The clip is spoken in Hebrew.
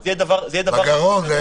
בגרון.